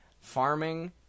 farming